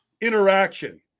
interaction